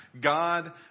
God